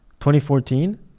2014